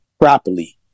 properly